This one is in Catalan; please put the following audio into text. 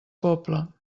pobla